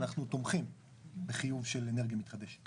אנחנו תומכים בחיוב של אנרגיה מתחדשת